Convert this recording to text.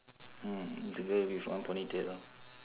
mm the girl with one ponytail